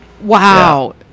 Wow